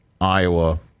Iowa